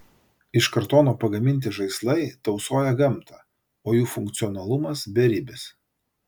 iš kartono pagaminti žaislai tausoja gamtą o jų funkcionalumas beribis